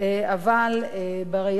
אבל בראייה שלנו,